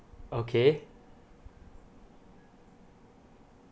okay